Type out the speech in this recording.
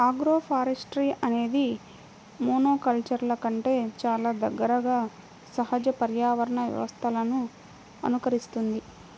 agroforestry అనేది మోనోకల్చర్ల కంటే చాలా దగ్గరగా సహజ పర్యావరణ వ్యవస్థలను అనుకరిస్తుంది